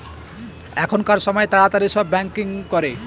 এখনকার সময় তাড়াতাড়ি সব ব্যাঙ্কিং করে